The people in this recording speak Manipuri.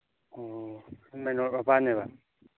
ꯑꯣ ꯃꯦꯟ ꯔꯣꯠ ꯃꯄꯥꯟꯅꯦꯕ